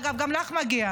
אגב, גם לך מגיע.